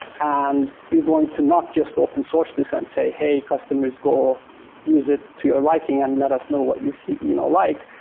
and going to not just open source this and say, hey, customers. go use it to your liking and let us know what you you know like.